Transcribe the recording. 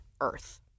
earth